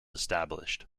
established